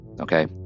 Okay